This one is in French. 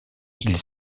ils